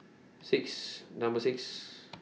six Number six